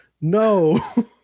No